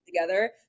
together